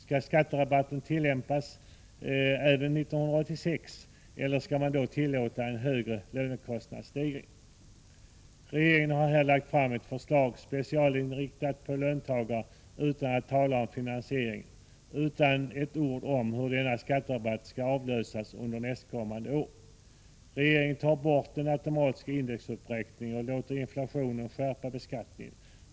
Skall skatterabatter tillämpas även 1986, eller skall man då tillåta en högre lönekostnadsstegring? Regeringen har här lagt fram ett förslag, specialinriktat på löntagare, utan att tala om finansieringen, utan ett ord om vad denna skatterabatt skall avlösas av under det nästkommande året. Regeringen tar bort den automatiska indexuppräkningen och låter därmed inflationen skärpa beskattningen.